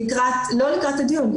לא לקראת הדיון,